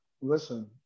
Listen